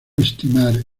estimar